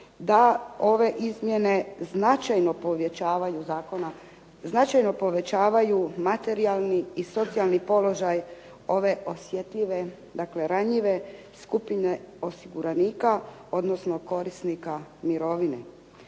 da ove izmjene značajno povećavaju materijalni i socijalni položaj ove osjetljive, dakle ranjive skupine osiguranika odnosno korisnika mirovine.